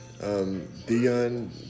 Dion